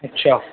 अच्छा